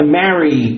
marry